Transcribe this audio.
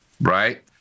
right